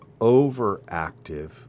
overactive